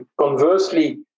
Conversely